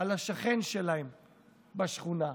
על השכן שלהם בשכונה,